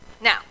Now